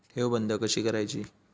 ठेव बंद कशी करायची?